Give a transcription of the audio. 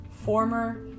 Former